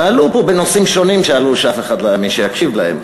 ועלו פה נושאים שונים שאף אחד לא היה פה להקשיב להם,